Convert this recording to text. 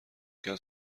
کرد